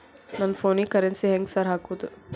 ನನ್ ಫೋನಿಗೆ ಕರೆನ್ಸಿ ಹೆಂಗ್ ಸಾರ್ ಹಾಕೋದ್?